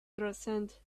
transcend